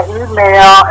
email